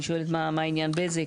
אני שואלת מה העניין עם בזק?